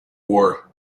war